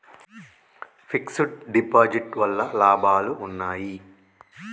Fix డ్ deposit వల్ల లాభాలు ఉన్నాయి?